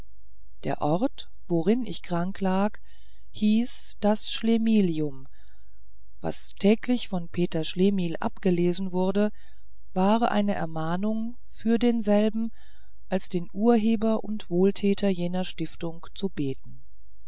der ort worin ich krank lag hieß das schlemihlium was täglich von peter schlemihl abgelesen wurde war eine ermahnung für denselben als den urheber und wohltäter dieser stiftung zu beten